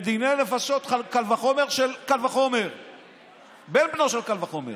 בדיני נפשות קל וחומר בן בנו של קל וחומר.